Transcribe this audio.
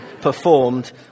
performed